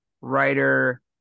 writer